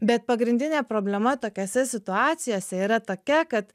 bet pagrindinė problema tokiose situacijose yra tokia kad